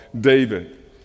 David